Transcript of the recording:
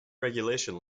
regulation